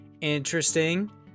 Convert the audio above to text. interesting